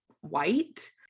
white